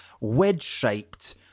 wedge-shaped